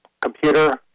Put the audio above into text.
computer